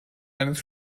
eines